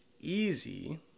easy